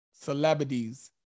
celebrities